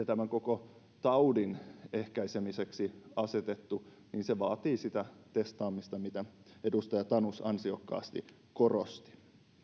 tämän koko taudin ehkäisemiseksi asetettu se vaatii sitä testaamista mitä edustaja tanus ansiokkaasti korosti